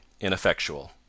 ineffectual